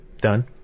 Done